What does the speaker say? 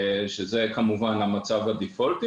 שזאת ברירת המחדל,